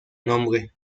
nombre